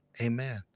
Amen